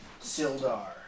Sildar